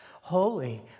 Holy